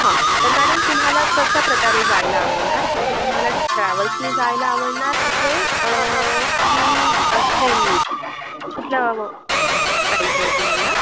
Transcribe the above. हं तर मॅडम तुम्हाला कशाप्रकारे जायला आवडणार म्हणजे तुम्हाला ट्रॅवल्सनी जायला आवडणार तिथे अं की ट्रेननी कुठलं अव पाहिजे तुम्हाला